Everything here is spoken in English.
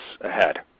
ahead